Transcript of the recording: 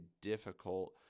difficult